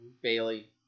Bailey